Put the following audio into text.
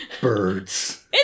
birds